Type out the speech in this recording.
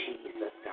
Jesus